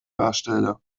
darstelle